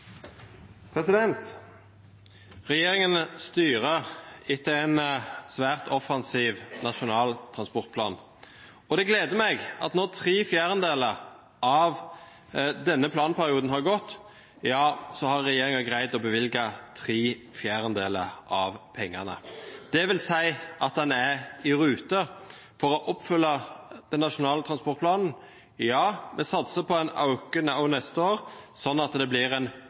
Regjeringen styrer etter en svært offensiv nasjonal transportplan, og det gleder meg at når tre fjerdedeler av denne planperioden har gått, ja, så har regjeringen greid å bevilge tre fjerdedeler av pengene. Det vil si at en er i rute med å oppfylle den nasjonale transportplanen – ja, en satser på en økning også neste år, slik at det blir en